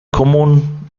común